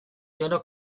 gero